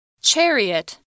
Chariot